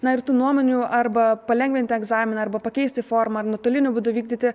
na ir tų nuomonių arba palengvinti egzaminą arba pakeisti formą nuotoliniu būdu vykdyti